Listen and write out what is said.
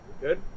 good